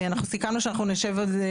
אנחנו סיכמנו שאנחנו נשב על זה,